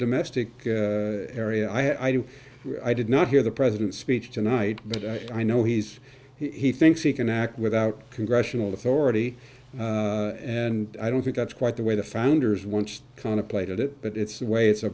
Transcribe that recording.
domestic area i do i did not hear the president's speech tonight but i know he's he thinks he can act without congressional authority and i don't think that's quite the way the founders once contemplated it but it's the way it's a